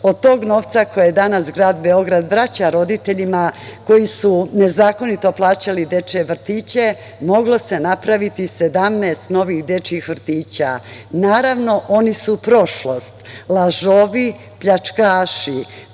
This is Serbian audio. tog novca koji danas grad Beograd vraća roditeljima koji su nezakonito plaćali dečije vrtiće, moglo se napraviti 17 novih dečijih vrtića. Naravno, oni su prošlost. Lažovi, pljačkaši,